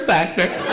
Factor